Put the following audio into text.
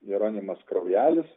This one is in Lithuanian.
jeronimas kraujelis